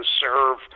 serve